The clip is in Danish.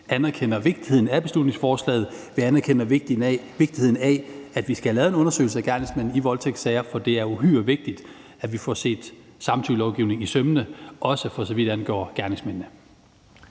anerkender vigtigheden af beslutningsforslaget; vi anerkender vigtigheden af, at vi skal have lavet en undersøgelse af gerningsmænd i voldtægtssager, for det er uhyre vigtigt, at vi får set samtykkelovgivningen efter i sømmene, også for så vidt angår gerningsmanden.